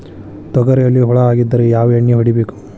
ತೊಗರಿಯಲ್ಲಿ ಹುಳ ಆಗಿದ್ದರೆ ಯಾವ ಎಣ್ಣೆ ಹೊಡಿಬೇಕು?